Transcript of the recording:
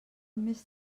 més